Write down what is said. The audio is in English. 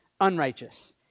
unrighteous